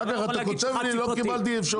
אחר כך אתה כותב שלא קיבלת אפשרות לדבר.